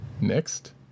Next